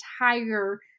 entire